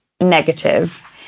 negative